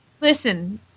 Listen